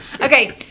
Okay